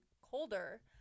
colder